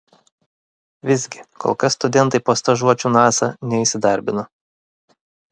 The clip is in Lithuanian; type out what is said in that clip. visgi kol kas studentai po stažuočių nasa neįsidarbino